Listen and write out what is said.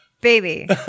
baby